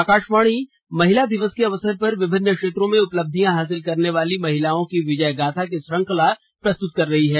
आकाशवाणी महिला दिवस के अवसर पर विभिन्न क्षेत्रों में उपलब्धियां हासिल करने वाली महिलाओं की विजयगाथा की श्रृंखला प्रस्तुत कर रही है